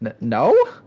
no